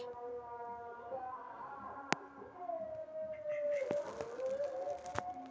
हरियर खाद माटि मे मिलाबै सं ओइ मे नाइट्रोजन आ आन पोषक तत्वक आपूर्ति होइ छै